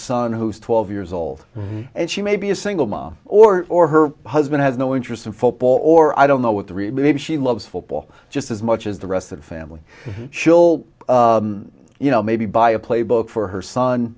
son who's twelve years old and she may be a single mom or her husband has no interest in football or i don't know what three maybe she loves football just as much as the rest of the family chill you know maybe buy a playbook for her son